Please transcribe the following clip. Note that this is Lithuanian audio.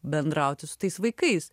bendrauti su tais vaikais